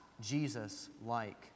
Jesus-like